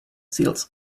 seals